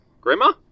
Grandma